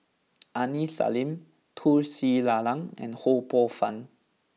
Aini Salim Tun Sri Lanang and Ho Poh Fun